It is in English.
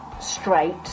straight